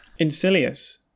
Incilius